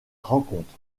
rencontre